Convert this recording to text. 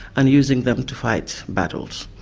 and using them to fight battles.